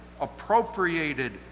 appropriated